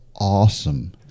awesome